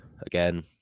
again